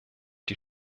die